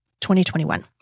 2021